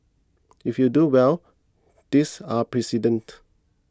if you do well these are precedents